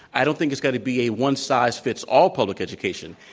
i don't think it's got to be a one size fits all public education.